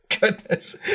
Goodness